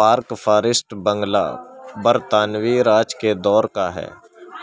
park forest بنگلہ برطانوی راج کے دور کا ہے